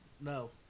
No